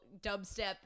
dubstep